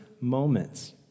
moments